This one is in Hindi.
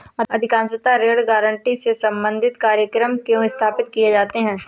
अधिकांशतः ऋण गारंटी से संबंधित कार्यक्रम क्यों स्थापित किए जाते हैं?